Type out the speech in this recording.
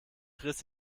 riss